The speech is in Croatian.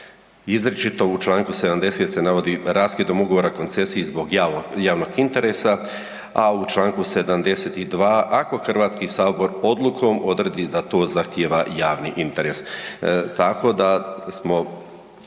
izričito u Članku 70. se navodi raskidom ugovora o koncesiji zbog javnog interesa, a u Članku 72. ako Hrvatski sabor odlukom odredi da to zahtjeva javni interes.